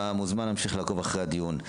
אתה מוזמן לעקוב אחר הדיון.